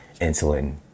insulin